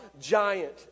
giant